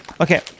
Okay